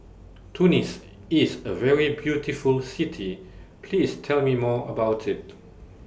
Tunis IS A very beautiful City Please Tell Me More about IT